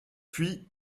puis